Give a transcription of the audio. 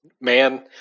Man